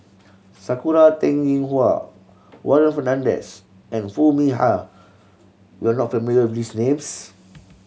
Sakura Teng Ying Hua Warren Fernandez and Foo Mee Har you are not familiar with these names